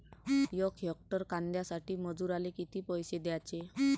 यक हेक्टर कांद्यासाठी मजूराले किती पैसे द्याचे?